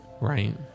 Right